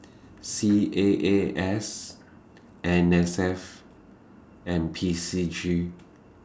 C A A S N S F and P C G